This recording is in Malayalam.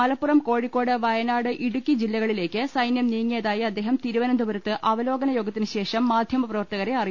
മലപ്പുറം കോഴി ക്കോട് വയനാട് ഇടുക്കി ജില്ലകളിലേക്ക് സൈന്യം നീങ്ങിയതായി അദ്ദേഹം തിരുവനന്തപുരത്ത് അവലോ കന യോഗത്തിന് ശേഷം മാധ്യമപ്രവർത്തകരെ അറി